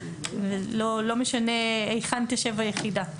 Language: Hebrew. לא משנה היכן תשב היחידה.